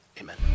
amen